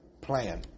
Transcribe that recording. plan